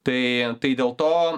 tai tai dėl to